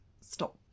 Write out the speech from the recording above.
stop